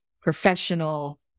professional